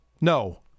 no